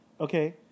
Okay